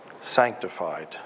sanctified